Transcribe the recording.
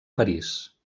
parís